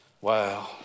Wow